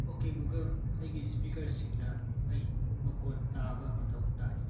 okay Google ꯑꯩꯒꯤ ꯏꯁꯄꯤꯀꯔꯁꯤꯡꯗ ꯑꯩ ꯃꯈꯣꯟ ꯇꯥꯕ ꯃꯊꯧ ꯇꯥꯏ